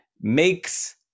makes